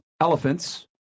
elephants